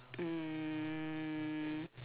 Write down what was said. um